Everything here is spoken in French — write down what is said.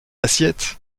assiette